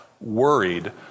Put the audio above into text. worried